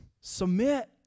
submit